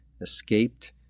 escaped